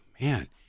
man